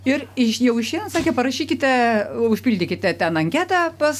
ir iš jau išeinant sakė parašykite užpildykite ten anketą pas